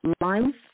life